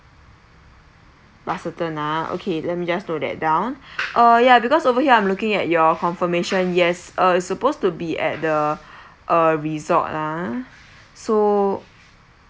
but certain ah okay let me just note that down uh ya because over here I'm looking at your confirmation yes uh suppose to be at the uh resort ah so